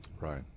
Right